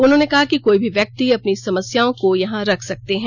उन्होंने कहा कि कोई भी व्यक्ति अपनी समस्याओं को यहां रख सकते हैं